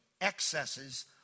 excesses